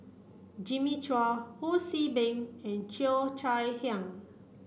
Jimmy Chua Ho See Beng and Cheo Chai Hiang